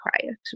quiet